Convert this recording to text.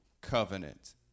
covenant